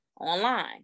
online